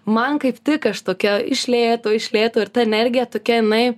man kaip tik aš tokia iš lėto iš lėto ir ta energija tokia jinai